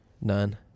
None